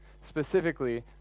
Specifically